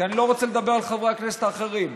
כי אני לא רוצה לדבר על חברי הכנסת האחרים.